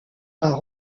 par